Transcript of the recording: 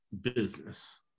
business